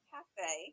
Cafe